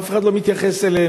אף אחד לא מתייחס אליו.